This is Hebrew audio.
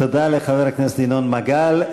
תודה לחבר הכנסת ינון מגל.